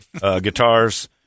guitars